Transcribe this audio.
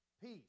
Peace